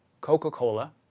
Coca-Cola